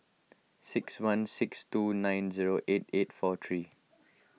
six one six two nine zero eight eight four three